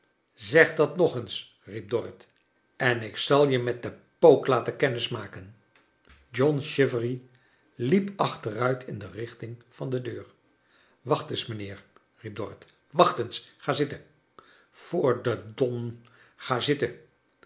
zeg dat nog eens riep dorrit en ik zal je met den pook laten kennis maken john chivery liep achteruit in de richting van de deur wacht eens mijnheer riep dorrit wacht eens ga zitten voor den don ga zitten